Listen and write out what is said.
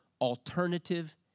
alternative